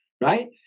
Right